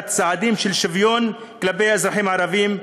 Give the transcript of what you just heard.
צעדים של שוויון כלפי אזרחים ערבים,